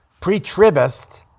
pre-tribist